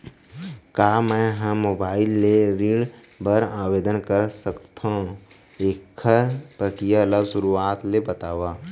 का मैं ह मोबाइल ले ऋण बर आवेदन कर सकथो, एखर प्रक्रिया ला शुरुआत ले बतावव?